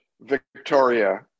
victoria